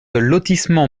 lotissement